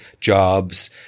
jobs